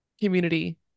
community